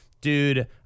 dude